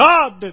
God